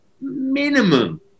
minimum